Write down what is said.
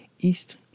east